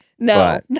No